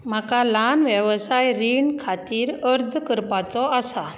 म्हाका ल्हान वेवसाय रीण खातीर अर्ज करपाचो आसा